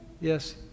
Yes